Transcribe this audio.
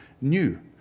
New